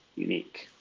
unique.